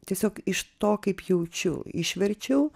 tiesiog iš to kaip jaučiu išverčiau